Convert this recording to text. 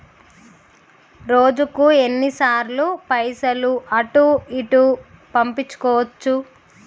రోజుకు ఎన్ని సార్లు పైసలు అటూ ఇటూ పంపించుకోవచ్చు?